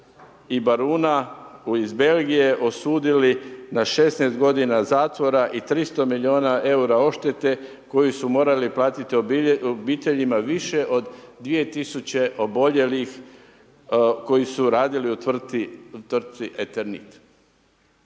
baruna iz Belgije osudili na 16 godina zatvora i 300 milijuna eura odštete koju su morali platiti obiteljima više od 2 tisuće oboljelih koji su radili u tvrtci Eternik.